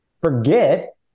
forget